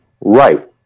Right